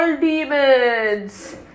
demons